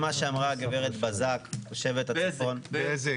תושבת הצפון --- בזק.